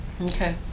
Okay